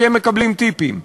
כי הם מקבלים טיפים.